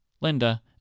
Linda